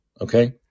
okay